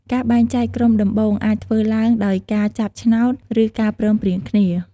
ការបែងចែកក្រុមដំបូង អាចធ្វើឡើងដោយការចាប់ឆ្នោត ឬការព្រមព្រៀងគ្នា។